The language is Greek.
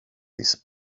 της